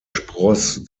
spross